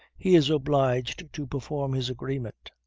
he is obliged to perform his agreement,